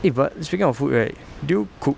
eh but speaking of food right do you cook